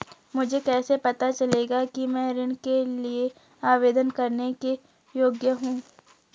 मुझे कैसे पता चलेगा कि मैं ऋण के लिए आवेदन करने के योग्य हूँ?